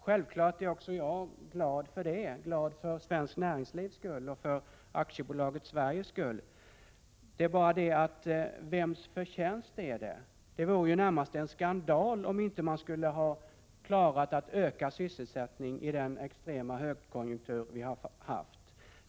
Självfallet är också jag glad för svenskt näringslivs skull och för AB Sverige. Men vems förtjänst är det? Det vore närmast en skandal om man inte hade klarat att öka sysselsättningen i den extrema högkonjunktur vi har haft.